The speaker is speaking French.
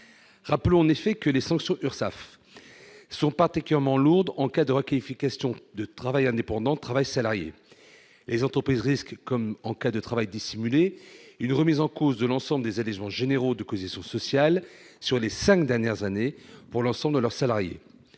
Rappelons en effet que les sanctions URSSAF sont particulièrement lourdes en cas de requalification du travail indépendant en travail salarié : les entreprises risquent, comme en cas de travail dissimulé, une remise en cause de l'ensemble des allégements généraux de cotisations sociales sur les cinq dernières années pour l'ensemble de leurs salariés.